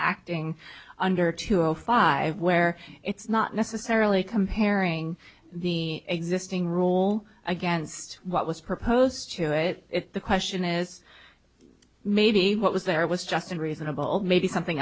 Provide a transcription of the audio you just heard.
acting under two zero zero five where it's not necessarily comparing the existing rule against what was proposed to it the question is maybe what was there was just and reasonable maybe something